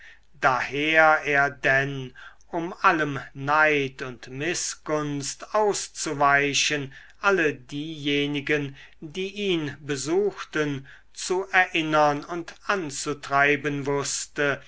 daher er denn um allem neid und mißgunst auszuweichen alle diejenigen die ihn besuchten zu erinnern und anzutreiben wußte